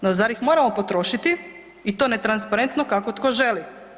No, pa zar ih moramo potrošiti i to netransparentno kako tko želi.